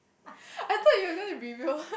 I thought you're gonna be real